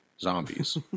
zombies